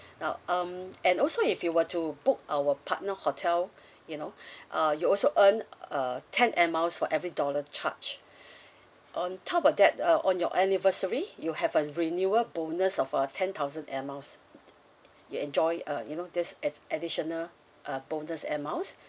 now um and also if you were to book our partner hotel you know uh you also earn uh ten Air Miles for every dollar charged on top of that uh on your anniversary you have a renewal bonus of a ten thousand Air Miles you enjoy uh you know this ad~ additional uh bonus Air Miles